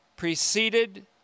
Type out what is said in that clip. preceded